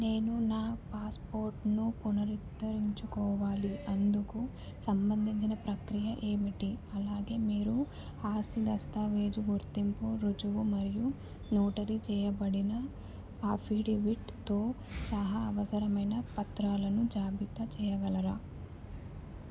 నేను నా పాస్పోర్ట్ను పునరుద్ధరించుకోవాలి అందుకు సంబంధించిన ప్రక్రియ ఏమిటి అలాగే మీరు ఆస్తి దస్తావేజు గుర్తింపు రుజువు మరియు నోటరీ చేయబడిన అఫిడవిట్తో సహా అవసరమైన పత్రాలను జాబితా చేయగలరా